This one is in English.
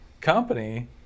company